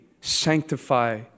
sanctify